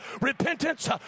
Repentance